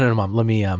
and mom, let me um